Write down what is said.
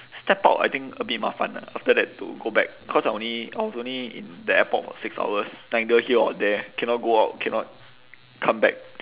step out I think a bit 麻烦 ah after that need to go back cause I was only I was only in the airport for six hours neither here or there cannot go out cannot come back